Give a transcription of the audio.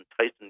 Tyson